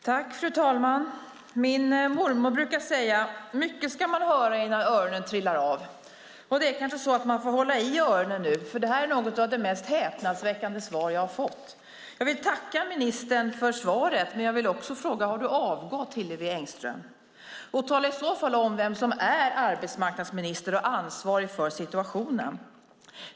Fru talman! Min mormor brukar säga: Mycket ska man höra innan öronen trillar av. Och det är kanske så att man får hålla i öronen nu, för det här är något av de mest häpnadsväckande svar jag har fått. Jag vill tacka ministern för svaret. Men jag vill också fråga: Har du avgått, Hillevi Engström? Tala i så fall om vem som är arbetsmarknadsminister och ansvarig för situationen!